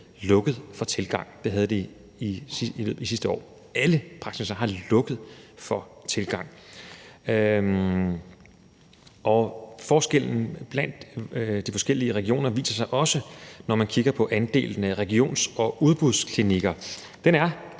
lukket for tilgang i 2020. Sådan var det i løbet af sidste år: Alle praksisser har lukket for tilgang. Forskellene blandt de forskellige regioner viser sig også, når man kigger på andelen af regions- og udbudsklinikker. Den er